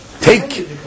take